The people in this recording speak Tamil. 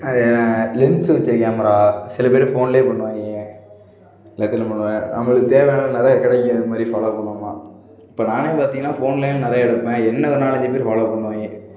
லென்ஸு வச்ச கேமரா சில பேர் ஃபோன்லயே பண்ணுவாங்க எல்லாத்திலும் பண்ணுவாங்கள் நம்மளுக்குத் தேவையானது நிறைய கிடைக்கும் அது மாதிரி ஃபாலோ பண்ணோம்னால் இப்போ நானே பார்த்தீங்கன்னா ஃபோன்ல நிறைய எடுப்பேன் என்னை ஒரு நாலஞ்சு பேர் ஃபாலோ பண்ணுவாங்க